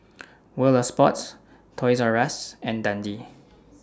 World of Sports Toys R US and Dundee